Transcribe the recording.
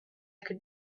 could